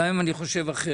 גם אם אני חושב אחרת,